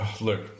Look